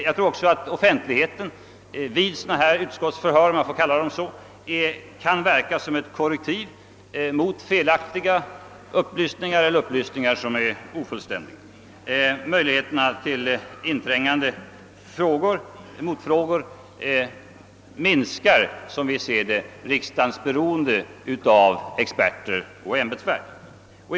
Jag tror också att offentligheten vid utskottsförhören kan verka som korrektiv mot felaktiga eller ofullständiga uppgifter. Möjligheterna till inträngande frågor och motfrågor minskar riksdagens beroende av experter och ämbetsverk.